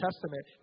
Testament